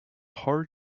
hard